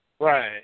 Right